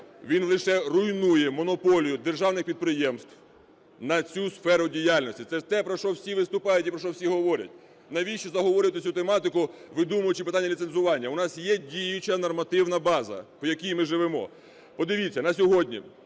Він лише руйнує монополію державних підприємств на цю сферу діяльності. Це те, про що всі виступають і про що всі говорять. Навіщо заговорювати цю тематику, видумуючи питання ліцензування? У нас є діюча нормативна база, по якій ми живемо. Подивіться, на сьогодні